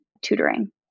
tutoring